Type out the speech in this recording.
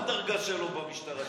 מה הדרגה שלו במשטרה שלכם?